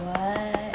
what